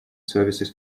services